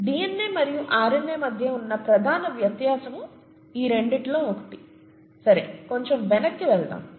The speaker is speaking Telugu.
డిఎన్ఏ మరియు ఆర్ఎన్ఏ మధ్య ఉన్న ప్రధాన వ్యత్యాసము ఈ రెండిటిలో ఒకటి సరే కొంచెం వెనక్కి వెళ్దాం